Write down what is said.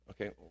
Okay